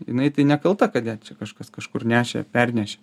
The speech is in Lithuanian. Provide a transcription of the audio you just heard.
jinai tai nekalta kad ją čia kažkas kažkur nešė pernešė